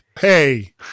Hey